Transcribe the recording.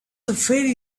very